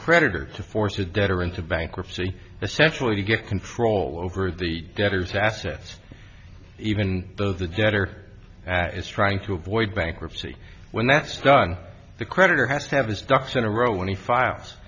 creditors to force a debtor into bankruptcy essentially to get control over the debtors assets even though the debtor is trying to avoid bankruptcy when that's done the creditor has to have his ducks in a row when he files